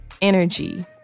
energy